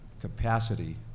capacity